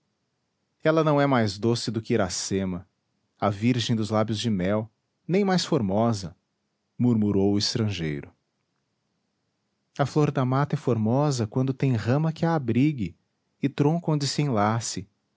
ela não é mais doce do que iracema a virgem dos lábios de mel nem mais formosa murmurou o estrangeiro a flor da mata é formosa quando tem rama que a abrigue e tronco onde se enlace